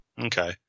Okay